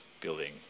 building